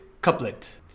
couplet